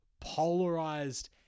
polarized